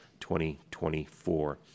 2024